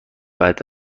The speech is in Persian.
بعد